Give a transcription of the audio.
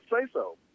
say-so